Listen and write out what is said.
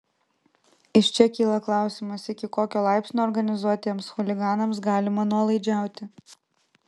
iš čia kyla klausimas iki kokio laipsnio organizuotiems chuliganams galima nuolaidžiauti